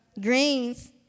Greens